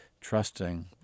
trusting